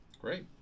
Great